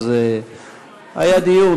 היה דיון.